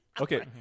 Okay